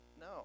No